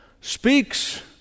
speaks